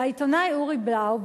והעיתונאי אורי בלאו,